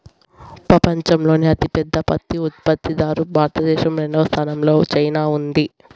పపంచంలోనే అతి పెద్ద పత్తి ఉత్పత్తి దారు భారత దేశం, రెండవ స్థానం లో చైనా ఉంది